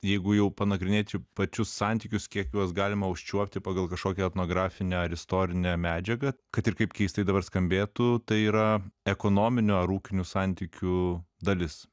jeigu jau panagrinėčiau pačius santykius kiek juos galima užčiuopti pagal kažkokią etnografinę ar istorinę medžiagą kad ir kaip keistai dabar skambėtų tai yra ekonominių ar ūkinių santykių dalis